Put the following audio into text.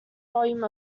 volume